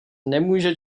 nemůže